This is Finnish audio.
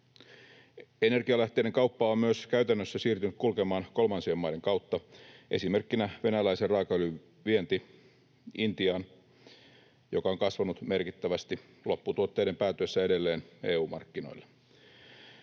Energialähteiden kauppa on myös käytännössä siirtynyt kulkemaan kolmansien maiden kautta, esimerkkinä venäläisen raakaöljyn vienti Intiaan, mikä on kasvanut merkittävästi lopputuotteiden päätyessä edelleen EU-markkinoille.